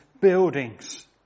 buildings